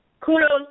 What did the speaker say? Kudos